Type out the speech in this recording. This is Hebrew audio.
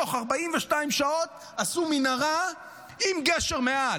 בתוך 42 שעות עשו מנהרה עם גשר מעל.